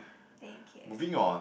thank you